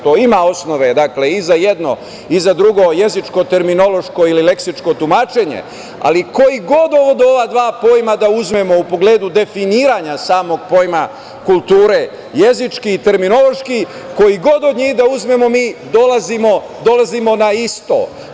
To ima osnove, dakle, i za jedno i za drugo jezičko-terminološko-leksičko tumačenje, ali koji god ova dva pojma da uzmemo u pogledu definiranja samog pojma kulture, jezički i terminološki koji god od njih da uzmemo mi dolazimo na isto.